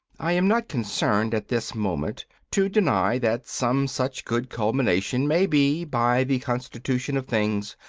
i am not concerned at this moment to deny that some such good culmination may be, by the constitution of things,